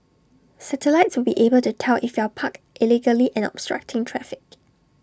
satellites will be able to tell if you're parked illegally and obstructing traffic